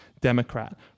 Democrat